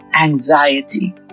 anxiety